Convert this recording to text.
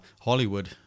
Hollywood